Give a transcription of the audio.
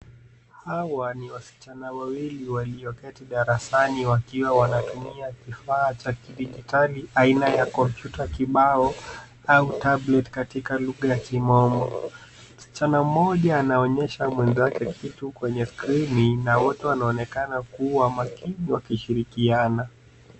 Hawa ni wasichana wawili walioketi darasani wakiwa wanatumia kifaa cha kidijitali aina ya kompyuta kibao au cs[tablet]cs katika lugha ya kimombo. Msichana mmoja anaonyesha mwenzake kitu kwenye skrini na wote wanaonekana kuwa makini wakishirikiana.